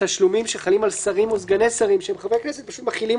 ואז מקימים ממשלה חדשה ואומרים